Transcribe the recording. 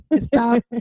stop